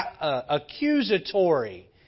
accusatory